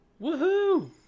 Woohoo